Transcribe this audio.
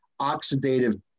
oxidative